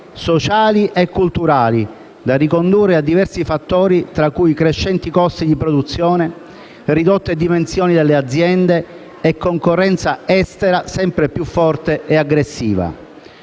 sociali e culturali, da ricondurre a diversi fattori, tra cui i crescenti costi di produzione, le ridotte dimensioni delle aziende e la concorrenza estera sempre più forte e aggressiva.